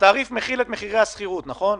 התעריף כולל את מחירי השכירות, נכון?